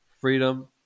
freedom